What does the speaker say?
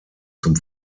zum